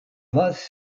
vase